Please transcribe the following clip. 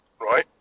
right